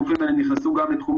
גופים אלה נכנסו גם לתחום